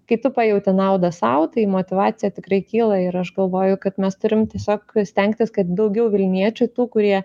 kai tu pajauti naudą sau tai motyvacija tikrai kyla ir aš galvoju kad mes turim tiesiog stengtis kad daugiau vilniečių tų kurie